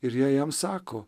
ir jie jam sako